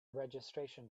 registration